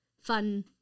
fun